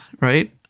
right